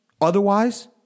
otherwise